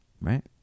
Right